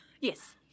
Yes